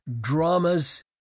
dramas